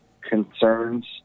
concerns